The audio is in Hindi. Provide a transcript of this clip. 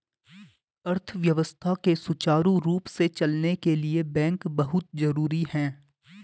अर्थव्यवस्था के सुचारु रूप से चलने के लिए बैंक बहुत जरुरी हैं